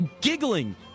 giggling